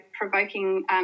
provoking